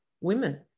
women